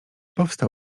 powstał